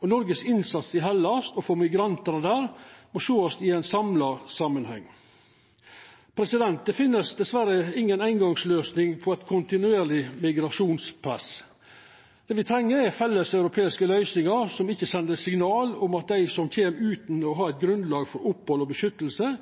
Noregs innsats i Hellas og for migrantane der må sjåast i ein samla samanheng. Det finst dessverre inga eingongsløysing på eit kontinuerleg migrasjonspress. Det me treng, er felles europeiske løysingar som ikkje sender signal om at dei som kjem utan å ha eit grunnlag for opphald og vern,